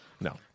no